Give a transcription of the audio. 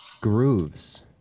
grooves